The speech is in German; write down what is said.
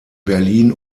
berlin